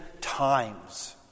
times